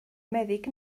meddyg